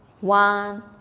one